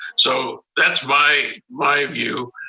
so that's why my view,